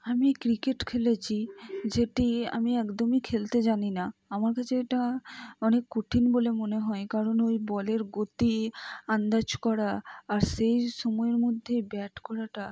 আমি ক্রিকেট খেলেছি যেটি আমি একদমই খেলতে জানি না আমার কাছে এটা অনেক কঠিন বলে মনে হয় কারণ ওই বলের গতি আন্দাজ করা আর সেই সময়ের মধ্যেই ব্যাট করাটা